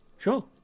Sure